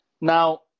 Now